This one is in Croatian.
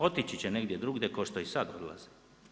Otići će negdje druge kao što i sad odlaze.